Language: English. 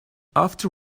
after